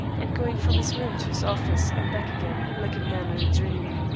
and going from his room to his office, and back again, like a man in a dream.